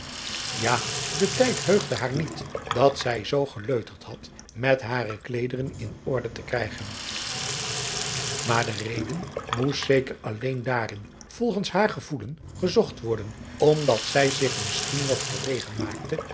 ja de tijd heugde haar niet dat zij zoo geleuterd had met hare kleederen in orde te krijgen maar de reden moest zeker alleen daarin volgens haar gevoelen gezocht worden omdat zij zich misschien wat verlegen maakte